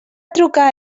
trucar